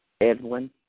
Edwin